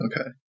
Okay